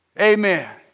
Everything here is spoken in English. Amen